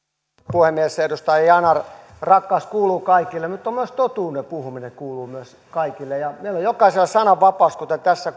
puhemies edustaja yanar rakkaus kuuluu kaikille mutta myös totuuden puhuminen kuuluu kaikille meillä on jokaisella sananvapaus kuten tässä